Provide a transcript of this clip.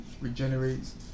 regenerates